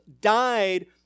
died